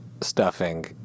stuffing